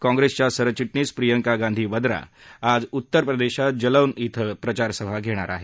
काँग्रेसच्या सरचिटणीस प्रियंका गांधी वड्रा आज उत्तरप्रदेशात जलौन क्रिं प्रचारसभा घेणार आहेत